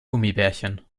gummibärchen